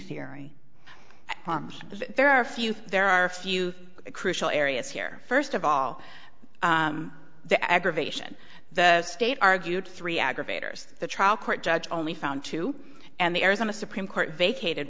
theory there are a few there are a few crucial areas here first of all the aggravation the state argued three aggravators the trial court judge only found two and the arizona supreme court vacated